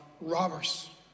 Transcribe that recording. robbers